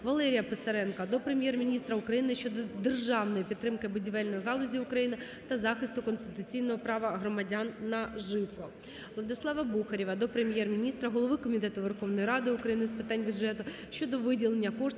Валерія Писаренка до Прем'єр-міністра України щодо державної підтримки будівельної галузі України та захисту конституційного права громадян на житло. Владислава Бухарєва до Прем'єр-міністра, голови Комітету Верховної Ради України з питань бюджету щодо виділення коштів